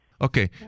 Okay